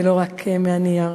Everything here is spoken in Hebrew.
ולא רק מהנייר.